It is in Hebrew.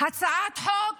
הצעת חוק